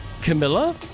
Camilla